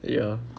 ya